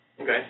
Okay